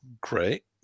great